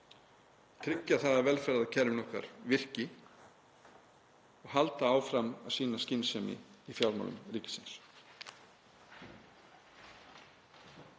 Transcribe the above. tryggja það að velferðarkerfin okkar virki og halda áfram að sýna skynsemi í fjármálum ríkisins.